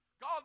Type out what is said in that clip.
God